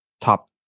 top